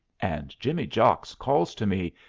and jimmy jocks calls to me,